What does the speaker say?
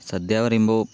സദ്യ പറയുമ്പോൾ